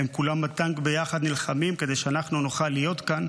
הם כולם בטנק ביחד נלחמים כדי שאנחנו נוכל להיות כאן